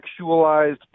sexualized